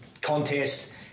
contest